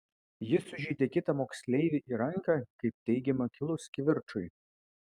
jis sužeidė kitą moksleivį į ranką kaip teigiama kilus kivirčui